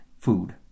food